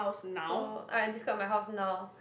so I describe my house now